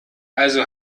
also